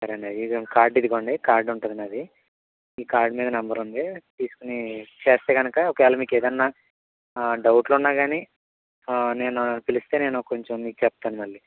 సరే అండి కార్డు ఇదిగో అండి కార్డు ఉంటుంది నాది ఈ కార్డు మీద నెంబర్ ఉంది తీసుకోని చేస్తే కనుక ఒకవేళ మీకు ఏదైనా డౌట్లున్నాగాని నేను పిలిస్తే నేను కొంచం మీకు చెప్తాను మళ్ళీ